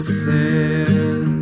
sin